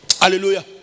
Hallelujah